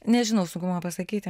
nežinau sunku man pasakyti